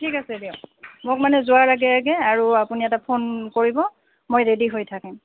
ঠিক আছে দিয়ক মোক মানে যোৱাৰ আগে আগে আৰু আপুনি এটা ফোন কৰিব মই ৰেডি হৈ থাকিম